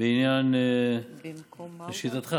לשיטתך